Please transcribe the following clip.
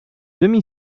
demi